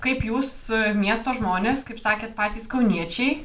kaip jūs miesto žmonės kaip sakėt patys kauniečiai